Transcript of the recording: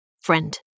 friend